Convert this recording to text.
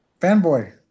Fanboy